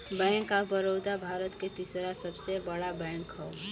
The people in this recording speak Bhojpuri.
बैंक ऑफ बड़ोदा भारत के तीसरा सबसे बड़ा बैंक हौ